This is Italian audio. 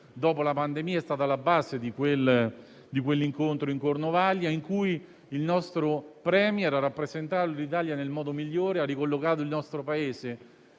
dopo la pandemia è stata la base di quell'incontro in Cornovaglia in cui il nostro *Premier* ha rappresentato l'Italia nel modo migliore e ha ricollocato il nostro Paese